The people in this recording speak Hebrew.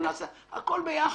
זה יהיה הכול ביחד.